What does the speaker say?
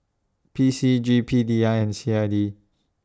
P C G P D I and C I D